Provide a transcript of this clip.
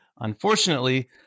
unfortunately